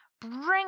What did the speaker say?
bring